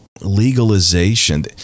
legalization